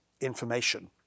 information